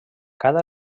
cada